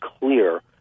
clear